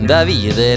David